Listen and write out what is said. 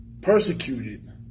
Persecuted